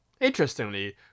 interestingly